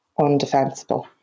undefensible